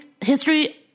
history